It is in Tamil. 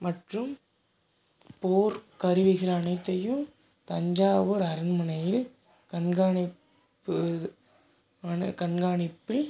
மற்றும் போர் கருவிகள் அனைத்தையும் தஞ்சாவூர் அரண்மனையில் கண்காணிப்பு ஆன கண்காணிப்பில்